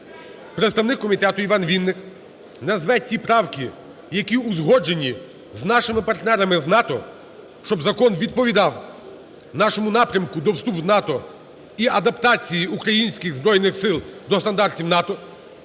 представник комітету Іван Вінник назве ті правки, які узгоджені з нашими партнерами з НАТО, щоб закон відповідав нашому напрямку до вступу в НАТО і адаптації українських Збройних Сил до стандартів НАТО.